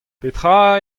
petra